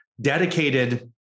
dedicated